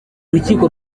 rukiko